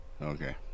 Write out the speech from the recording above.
Okay